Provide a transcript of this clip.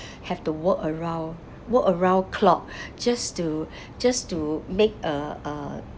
have to work around work around clock just to just to make uh uh